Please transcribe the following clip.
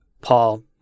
paul